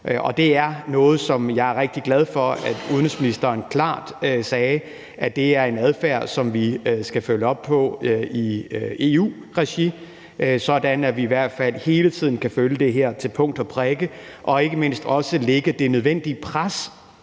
bekymrende. Jeg er rigtig glad for, at udenrigsministeren klart sagde, at det er en adfærd, som vi skal følge op på i EU-regi, sådan at vi i hvert fald hele tiden kan følge det her til punkt og prikke og ikke mindst også lægge det nødvendige pres